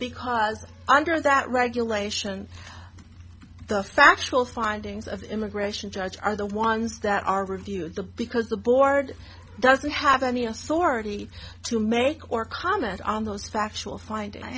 because under that regulation the factual findings of immigration judges are the ones that are reviewed the because the board doesn't have any of sortie to make or comment on those factual